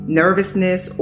nervousness